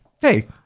Hey